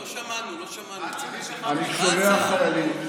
לא שמענו, לא שמענו, מה ההצעה?